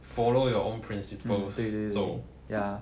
follow your own principles 走